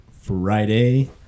Friday